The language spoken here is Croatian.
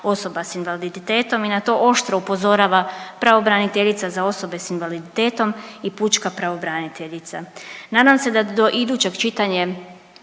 osoba sa invaliditetom i na to oštro upozorava pravobraniteljica za osobe sa invaliditetom i pučka pravobraniteljica. Nadam se da do idućeg čitanja